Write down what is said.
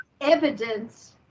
evidence